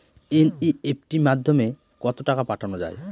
NEFT মাধ্যমে কত টাকা পাঠানো যায়?